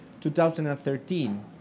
2013